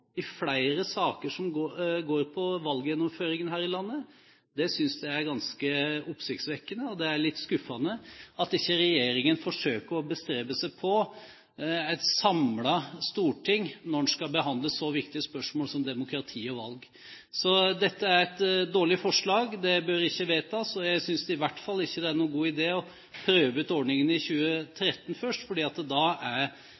i flere saker som går på valggjennomføringen her i landet, synes jeg er ganske oppsiktsvekkende. Det er litt skuffende at ikke regjeringen forsøker å bestrebe seg på et samlet storting når en skal behandle så viktige spørsmål som demokrati og valg. Dette er et dårlig forslag. Det bør ikke vedtas. Jeg synes i hvert fall ikke at det er noen god idé først å prøve ut ordningen i 2013, for da er